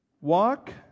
Walk